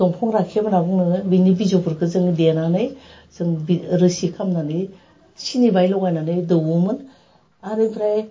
दंफां राखेब होनना बुं नोङो बिनि बिजौफोरखो जोहो देनानै जों बे रोसि खालामनानै सिनि बाहाय लगायनानै दौवोमोन आर ओमफ्राय